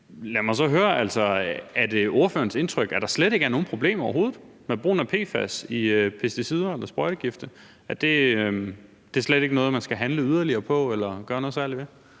lad mig så høre: Er det ordførerens indtryk, at der slet ikke er nogen problemer med brugen af PFAS i pesticider eller sprøjtegifte? Er det slet ikke noget, man skal handle yderligere på eller gøre noget særligt ved?